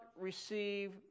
receive